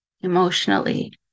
emotionally